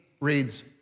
reads